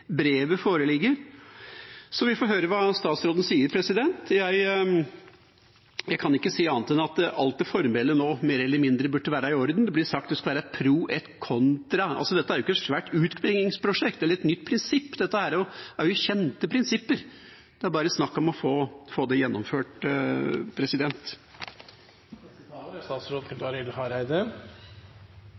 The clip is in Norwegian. brevet foreligger. Vi får høre hva statsråden sier. Jeg kan ikke se annet enn at alt det formelle – mer eller mindre – nå burde være i orden. Det blir sagt at det skal være pro et contra. Dette er ikke et svært utbyggingsprosjekt eller et nytt prinsipp, dette er kjente prinsipper. Det er bare snakk om å få det gjennomført.